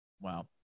Wow